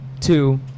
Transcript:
two